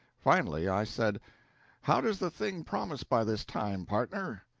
finally i said how does the thing promise by this time, partner?